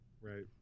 right